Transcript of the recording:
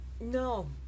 no